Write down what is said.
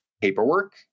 paperwork